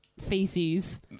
feces